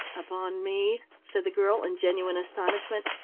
upon me? said the girl in genuine astonishment.